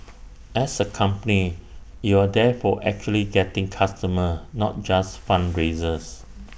as A company you are therefore actually getting customers not just fundraisers